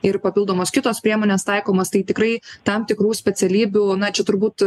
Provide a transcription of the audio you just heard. ir papildomos kitos priemonės taikomos tai tikrai tam tikrų specialybių na čia turbūt